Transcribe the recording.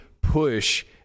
push